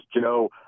Joe